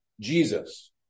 jesus